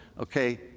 okay